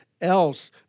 else